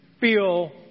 feel